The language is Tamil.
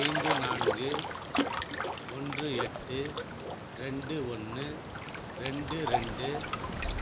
ஐந்து நான்கு ஒன்று எட்டு ரெண்டு ஒன்று ரெண்டு ரெண்டு